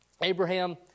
Abraham